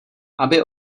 aby